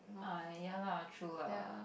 uh ya lah true lah